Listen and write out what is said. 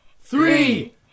three